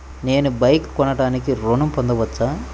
నేను బైక్ కొనటానికి ఋణం పొందవచ్చా?